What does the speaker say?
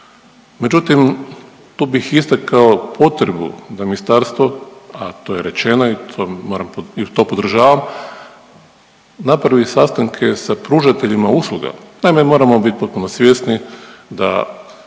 Međutim, tu bih istakao potrebu da ministarstvo, a to je rečeno i to moram i to podržavam napravi sastanke sa pružateljima usluga. Naime, moramo biti potpuno svjesni da